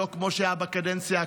לא כמו שהיה בקדנציה הקודמת.